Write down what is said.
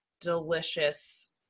delicious